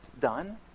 done